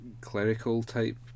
clerical-type